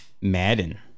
Madden